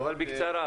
אבל בקצרה.